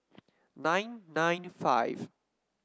nine nine five